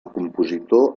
compositor